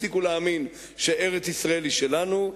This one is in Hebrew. הפסיקו להאמין שארץ-ישראל היא שלנו,